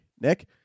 nick